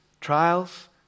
trials